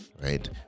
right